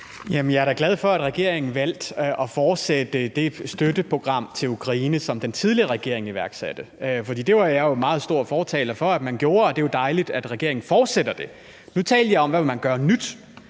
Jeg er da glad for, at regeringen valgte at fortsætte det støtteprogram til Ukraine, som den tidligere regering iværksatte, for det var jeg jo meget stor fortaler for at man gjorde, og det er jo dejligt, at regeringen fortsætter det. Nu talte jeg om, hvad man vil gøre af